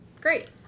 great